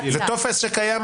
זה טופס שקיים?